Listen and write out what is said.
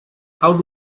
how